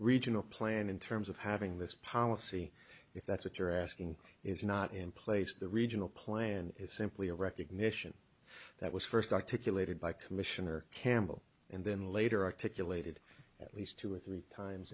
regional plan in terms of having this policy if that's what you're asking is not in place the regional plan is simply a recognition that was first articulated by commissioner campbell and then later articulated at least two or three times